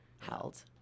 held